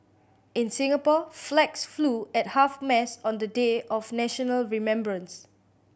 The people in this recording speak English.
in Singapore flags flew at half mast on the day of national remembrance